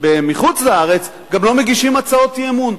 בחוץ-לארץ גם לא מגישים הצעות אי-אמון,